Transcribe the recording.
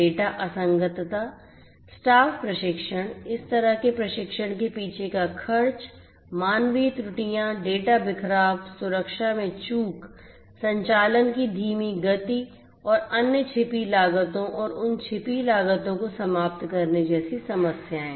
data असंगतता staff प्रशिक्षण इस तरह के प्रशिक्षण के पीछे का खर्च मानवीय त्रुटियां डेटा बिखराव सुरक्षा में चूक संचालन की धीमी गति और अन्य छिपी लागतों और उन छिपी हुई लागतों को समाप्त करने जैसी समस्याएं